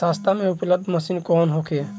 सस्ता में उपलब्ध मशीन कौन होखे?